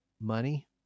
money